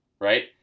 right